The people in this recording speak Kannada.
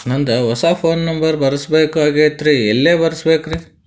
ನಂದ ಹೊಸಾ ಫೋನ್ ನಂಬರ್ ಬರಸಬೇಕ್ ಆಗೈತ್ರಿ ಎಲ್ಲೆ ಬರಸ್ಬೇಕ್ರಿ?